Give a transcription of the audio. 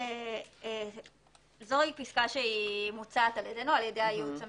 זו פסקה שמוצעת על-ידי הייעוץ המשפטי.